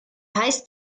heißt